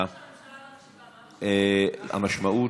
מה המשמעות